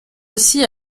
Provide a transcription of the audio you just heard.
aussi